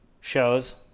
shows